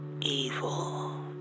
evil